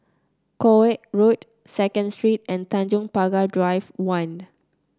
Koek Road Second Street and Tanjong Pagar Drive One